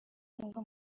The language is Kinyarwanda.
n’ubwo